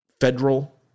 federal